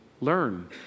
Learn